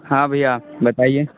हाँ भैया बताइए